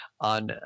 on